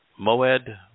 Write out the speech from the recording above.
Moed